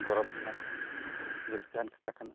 ᱜᱚᱨᱚᱵᱽ ᱠᱟᱱᱟ ᱠᱚ ᱨᱟᱹᱥᱠᱟᱹᱣᱟᱱ ᱠᱟᱛᱷᱟ ᱠᱟᱱᱟ